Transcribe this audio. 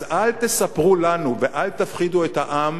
אז אל תספרו לנו ואל תפחידו את העם